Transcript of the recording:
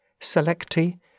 selecti